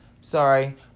Sorry